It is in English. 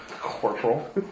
corporal